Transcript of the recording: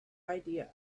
idea